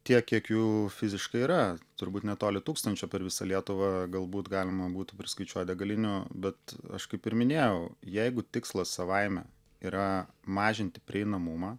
tiek kiek jų fiziškai yra turbūt netoli tūkstančio per visą lietuvą galbūt galima būtų priskaičiuot degalinių bet aš kaip ir minėjau jeigu tikslas savaime yra mažinti prieinamumą